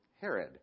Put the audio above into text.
Herod